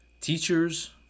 Teachers